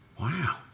Wow